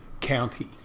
county